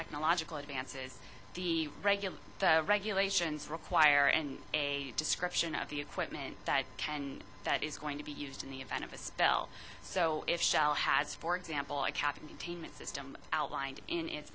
technological advances the regular regulations require and a description of the equipment that can that is going to be used in the event of a spell so if shell has for example a capital team a system outlined in its